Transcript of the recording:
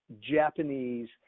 Japanese